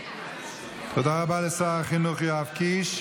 תודה רבה לשר החינוך יואב קיש.